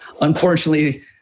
Unfortunately